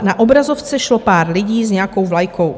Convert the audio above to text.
Na obrazovce šlo pár lidí s nějakou vlajkou.